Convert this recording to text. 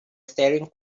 staring